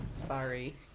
Sorry